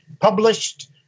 published